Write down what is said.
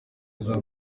ubuzima